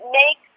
make